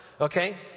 Okay